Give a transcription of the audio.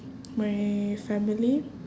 my family